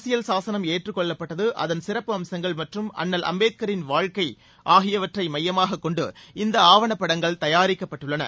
அரசியல் சாசனம் ஏற்றுக்கொள்ளப்பட்டது அதன் சிறப்பு அம்சங்கள் மற்றும் அன்னல் அம்பேத்கரின் வாழ்க்கை ஆகியவற்றை மையமாக கொண்டு இந்த ஆவண படங்கள் தயாரிக்கப்பட்டுள்ளன